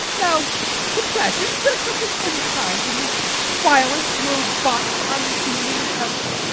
now confess isn't there something unkind in this violent, robust, unfeeling health?